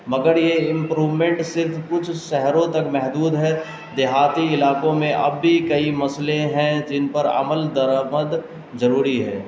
مگر یہ امپرومنٹ صرف کچھ شہروں تک محدود ہے دیہاتی علاقوں میں اب بھی کئی مسئلیں ہیں جن پر عمل درآمد ضروری ہے